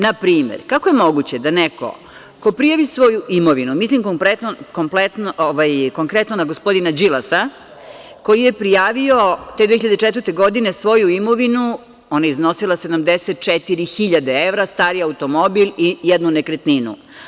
Na primer, kako je moguće da neko ko prijavi svoju imovinu, mislim konkretno na gospodina Đilasa koji je prijavio te 2004. godine svoju imovinu, ona je iznosila 74.000 evra, star automobil i jednu nekretninu.